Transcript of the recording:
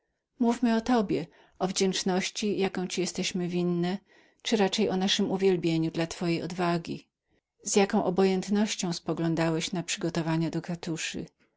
mówmy o tobie o wdzięczności jaką ci jesteśmy winne czyli raczej o naszem uwielbieniu dla twojej odwagi z jakąż obojętnością zapatrywałeś się na przygotowania do katuszy